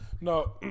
No